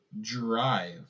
Drive